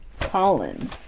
Colin